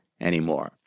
anymore